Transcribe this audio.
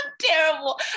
terrible